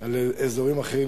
על אזורים אחרים,